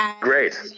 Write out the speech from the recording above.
Great